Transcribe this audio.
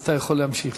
אתה יכול להמשיך.